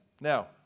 Now